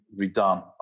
redone